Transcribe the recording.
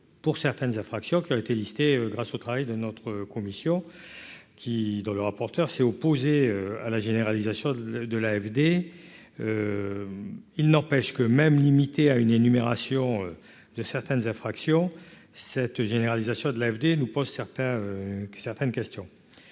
pour certaines infractions qui ont été listés grâce au travail de notre commission qui dont le rapporteur s'est opposé à la généralisation de l'AFD, il n'empêche que même limité à une énumération de certaines infractions cette généralisation de l'AFD nous pose certains que